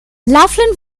laughlin